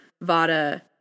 vada